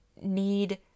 need